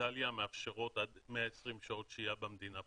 איטליה מאפשרות עד 120 שעות שהייה במדינה עם